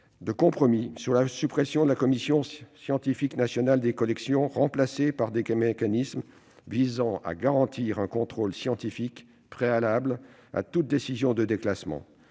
compromis : sur la suppression de la Commission scientifique nationale des collections, remplacée par des mécanismes visant à garantir un contrôle scientifique préalable à toute décision de déclassement